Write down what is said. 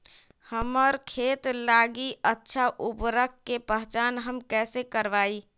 हमार खेत लागी अच्छा उर्वरक के पहचान हम कैसे करवाई?